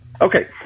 Okay